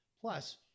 Plus